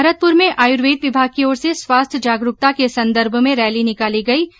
भरतपुर में आयुर्वेद विमाग की ओर से स्वास्थ्य जागरूकता के संदर्भ में रैली निकाली गयी ै